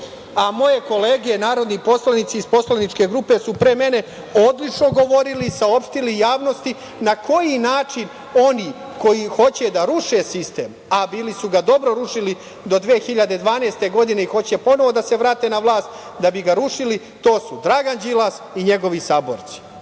sistem. Moje kolege narodni poslanici iz poslaničke grupe su pre mene odlično govorile i saopštile javnosti na koji način oni koji hoće da ruše sistem, a bili su ga dobro rušili do 2012. godine i hoće ponovo da se vrate na vlast da bi ga rušili, to su Dragan Đilas i njegovi saborci. Danas